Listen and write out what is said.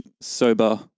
sober